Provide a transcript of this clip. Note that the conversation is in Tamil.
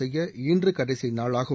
செய்ய இன்று கடைசி நாளாகும்